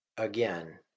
Again